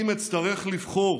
אם אצטרך לבחור